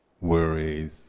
worries